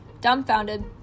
dumbfounded